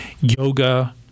yoga